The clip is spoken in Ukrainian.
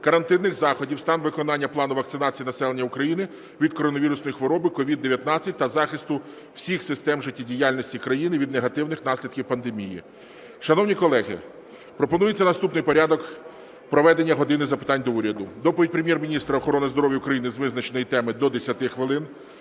карантинних заходів, стан виконання плану вакцинації населення України від коронавірусної хвороби COVID-19 та захисту всіх систем життєдіяльності країни від негативних наслідків пандемії. Шановні колеги, пропонується наступний порядок проведення "години запитань до Уряду". Доповідь міністра охорони здоров'я України з визначеної теми – до 10 хвилин.